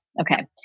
Okay